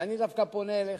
ואני דווקא פונה אליך,